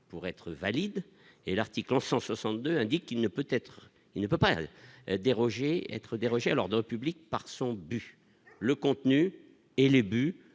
pour être valide, et l'article 1162 indique qu'il ne peut être il ne peut pas l'déroger être dérogé à l'ordre public par son but, le contenu et les but